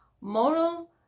moral